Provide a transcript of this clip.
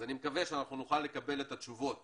אני מקווה שנוכל לקבל את התשובות